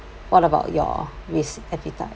what about your risk appetite